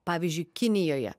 pavyzdžiui kinijoje